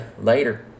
later